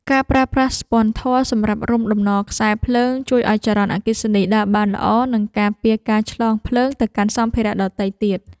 ការប្រើប្រាស់ស្ពាន់ធ័រសម្រាប់រុំតំណខ្សែភ្លើង ជួយឱ្យចរន្តអគ្គិសនីដើរបានល្អ និងការពារការឆ្លងភ្លើងទៅកាន់សម្ភារៈដទៃទៀត។